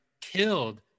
killed